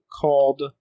called